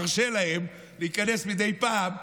מרשה להם להיכנס מדי פעם.